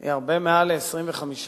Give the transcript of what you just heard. היא הרבה מעל ל-25%.